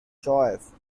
choice